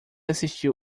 assistiu